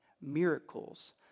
Miracles